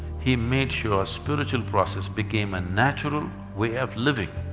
he made sure spiritual process became a natural way of living.